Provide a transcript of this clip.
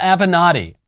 Avenatti